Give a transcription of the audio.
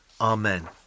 Amen